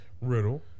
Riddle